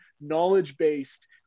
knowledge-based